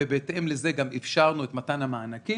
ובהתאם לזה גם אפשרנו את מתן המענקים